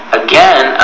again